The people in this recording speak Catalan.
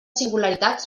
singularitat